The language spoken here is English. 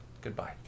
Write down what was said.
Goodbye